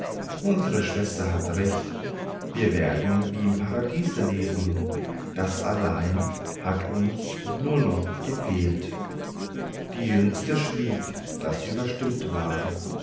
unsre schwester hat recht wir werden wie im paradiese leben das allein hat uns nur noch gefehlt die jüngste schwieg da sie überstimmt war